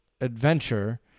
adventure